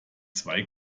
zwei